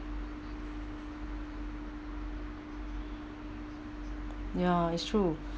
ya that's true